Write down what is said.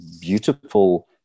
beautiful